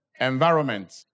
Environment